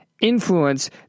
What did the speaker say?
influence